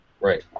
Right